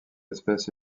espèce